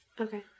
Okay